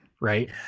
Right